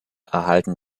erhalten